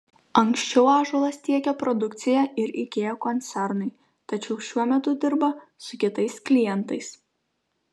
anksčiau ąžuolas tiekė produkciją ir ikea koncernui tačiau šiuo metu dirba su kitais klientais